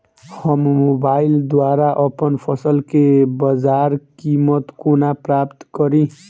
हम मोबाइल द्वारा अप्पन फसल केँ बजार कीमत कोना प्राप्त कड़ी?